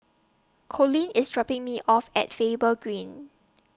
Colleen IS dropping Me off At Faber Green